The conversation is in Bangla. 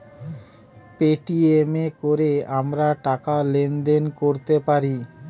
পেটিএম এ কোরে আমরা টাকা লেনদেন কোরতে পারি